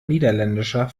niederländischer